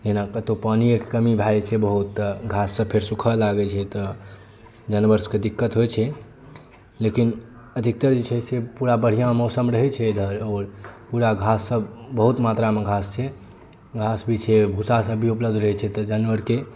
एहिना कतहुँ पानियेके कमी भऽ जाइ छै बहुत तऽ घास सभ फेर सुखऽ लगै छै तऽ जानवर सभके दिक्कत होइ छै लेकिन अधिकतर जे छै से पुरा बढ़िऑं मौसम रहै छै तऽ पुरा घास सभ बहुत मात्रामे घास छै घास भी छै भुसा सभ भी उपलब्ध रहै छै तऽ जानवरके